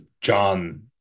John